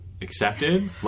accepted